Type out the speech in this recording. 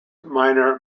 minor